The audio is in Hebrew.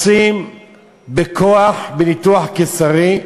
רוצים בכוח, בניתוח קיסרי,